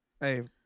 Hey